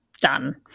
Done